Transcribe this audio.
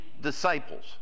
disciples